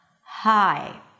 Hi